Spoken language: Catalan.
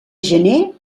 gener